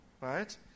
Right